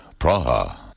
Praha